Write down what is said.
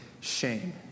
shame